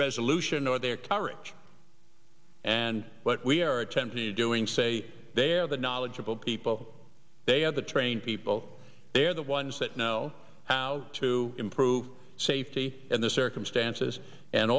resolution or their coverage and what we are attempting to doing say they're the knowledgeable people they are the train people they're the ones that know how to improve safety and the circumstances and